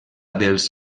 dels